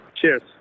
Cheers